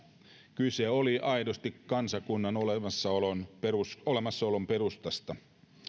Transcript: kyse oli aidosti kansakunnan olemassaolon perustasta olemassaolon perustasta